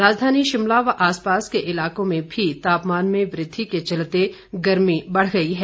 राजधानी शिमला व आसपास के इलाकों में भी तापमान में वृद्धि के चलते गर्मी बढ़ गई है